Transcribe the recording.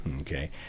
okay